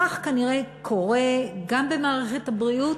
כך כנראה קורה גם במערכת הבריאות,